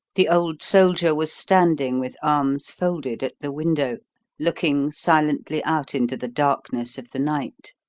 the old soldier was standing, with arms folded, at the window looking silently out into the darkness of the night.